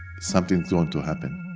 something's going to happen.